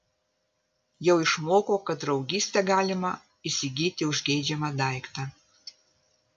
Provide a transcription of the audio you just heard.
jau išmoko kad draugystę galima įsigyti už geidžiamą daiktą